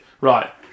Right